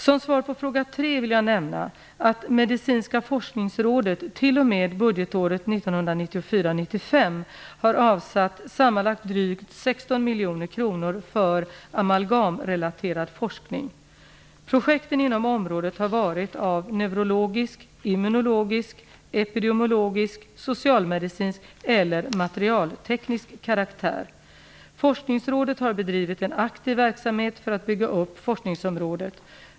Som svar på fråga tre vill jag nämna att Medicinska forskningsrådet t.o.m. budgetåret 1994/95 har avsatt sammanlagt drygt 16 miljoner kronor för amalgamrelaterad forskning. Projekten inom området har varit av neurologisk, immunologisk, epidemologisk, socialmedicinsk eller materialteknisk karaktär. Forskningsrådet har bedrivit en aktiv verksamhet för att bygga upp forskningsområdet.